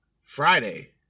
friday